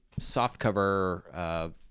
softcover